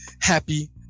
happy